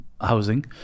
housing